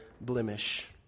blemish